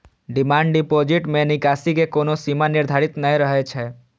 demand deposit मे निकासी के कोनो सीमा निर्धारित नै रहै छै